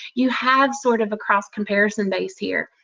you have sort of a cross-comparison base here.